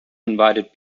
invited